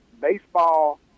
Baseball